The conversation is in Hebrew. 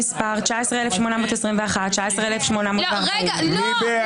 19,821 עד 19,840. מי בעד?